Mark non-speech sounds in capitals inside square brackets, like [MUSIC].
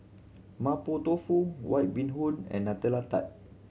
Mapo Tofu White Bee Hoon and [UNINTELLIGIBLE] tart